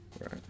Right